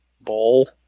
bowl